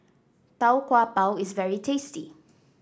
Tau Kwa Pau is very tasty